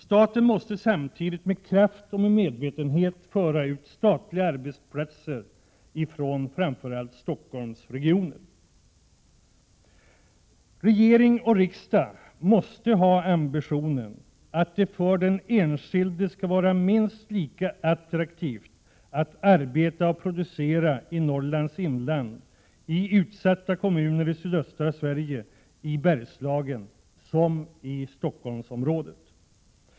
Staten måste samtidigt med kraft och medvetenhet föra ut statliga arbetsplatser från framför allt Stockholmsregionen. Regering och riksdag måste också ha ambitionen att det för den enskilde skall vara minst lika attraktivt att arbeta och producera i Norrlands inland, i utsatta kommuner i sydöstra Sverige och i Bergslagen som det är i Stockholmsområdet.